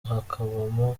hakabamo